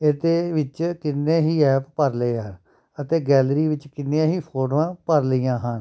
ਇਹਦੇ ਵਿੱਚ ਕਿੰਨੇ ਹੀ ਐਪ ਭਰ ਲਏ ਹਨ ਅਤੇ ਗੈਲਰੀ ਵਿੱਚ ਕਿੰਨੀਆਂ ਹੀ ਫੋਟੋਆਂ ਭਰ ਲਈਆਂ ਹਨ